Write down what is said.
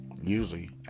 usually